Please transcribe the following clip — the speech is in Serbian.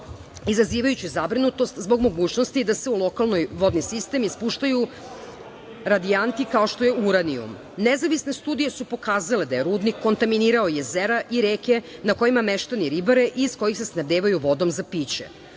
izazivajući zabrinutost zbog mogućnost da se u lokalni vodni sistem ispuštaju radijanti kao što je uranijum. Nezavisne studije su pokazale da je rudnik kontaminirao jezera i reke na kojima meštani ribare i iz kojih se snabdevaju vodom za piće.